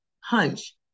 hunch